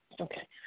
Okay